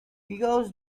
because